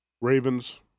Ravens